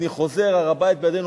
אני חוזר: הר-הבית בידינו".